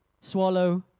swallow